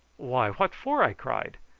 why, what for? i cried.